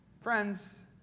Friends